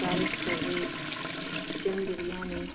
carrot curry chicken biryani